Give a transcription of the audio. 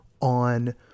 on